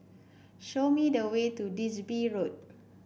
show me the way to Digby Road